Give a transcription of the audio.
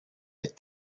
est